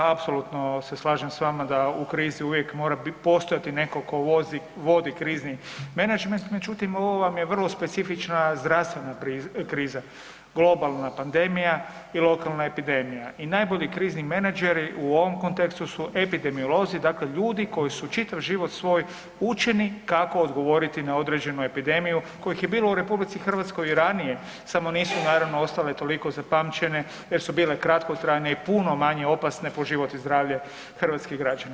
Apsolutno se slažem s vama da u krizi uvijek mora postojati netko tko vodi krizni menadžment, međutim, ovo vam je vrlo specifična zdravstvena kriza, globalna pandemija i lokalna epidemija i najbolji krizni menadžeri u ovom kontekstu su epidemiolozi, dakle ljudi su čitav život svoj učeni kako odgovoriti na određenu epidemiju kojih je bilo u RH i ranije samo nisu naravno, ostale toliko zapamćene jer su bile kratkotrajne i puno manje opasne po život i zdravlje hrvatskih građana.